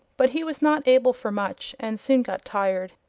but he was not able for much and soon got tired.